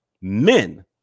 men